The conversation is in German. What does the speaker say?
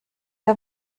wer